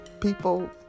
people